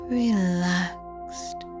relaxed